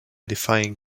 defying